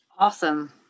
Awesome